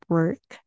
work